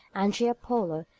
andrea polo,